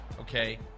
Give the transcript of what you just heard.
okay